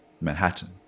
manhattan